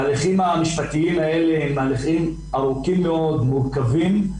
ההליכים המשפטיים האלה הם הליכים ארוכים מאוד ומורכבים,